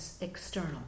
external